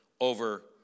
over